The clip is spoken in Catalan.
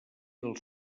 dels